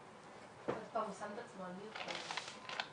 לפתרון של הבעיה המיידית בטווח הקצר.